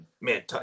man